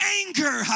anger